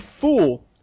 fool